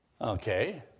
Okay